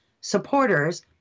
supporters